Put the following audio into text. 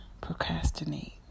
procrastinate